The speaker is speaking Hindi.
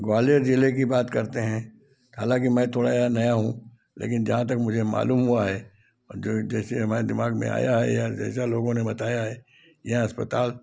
ग्वालियर जिले की बात करते हैं हालांकि मैं थोड़ा यहाँ नया हूँ लेकिन जहाँ तक मुझे मालूम हुआ है जैसे हमारे दिमाग में आया है या जैसा लोगों ने बताया है यहाँ अस्पताल